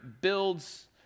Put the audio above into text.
builds